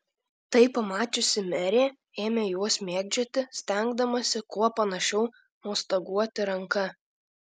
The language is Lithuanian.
tai pamačiusi merė ėmė juos mėgdžioti stengdamasi kuo panašiau mostaguoti ranka